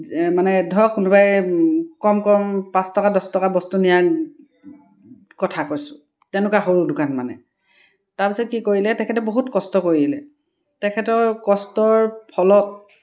মানে ধৰক কোনোবাই কম কম পাঁচ টকা দছ টকা বস্তু নিয়াৰ কথা কৈছোঁ তেনেকুৱা সৰু দোকান মানে তাৰপিছত কি কৰিলে তেখেতে বহুত কষ্ট কৰিলে তেখেতৰ কষ্টৰ ফলত